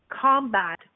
combat